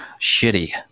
shitty